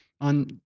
on